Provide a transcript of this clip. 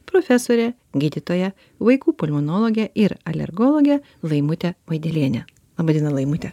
profesorė gydytoja vaikų pulmonologė ir alergologė laimutė vaidelienė vadina laimute